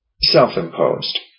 Self-imposed